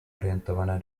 orientované